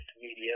media